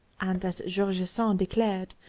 and, as george sand declared,